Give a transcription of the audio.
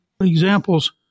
examples